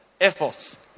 efforts